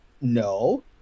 no